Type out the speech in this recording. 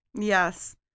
Yes